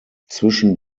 zwischen